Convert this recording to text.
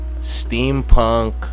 steampunk